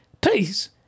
please